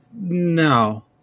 no